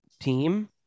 team